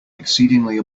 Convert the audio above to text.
exceedingly